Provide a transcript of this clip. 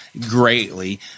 greatly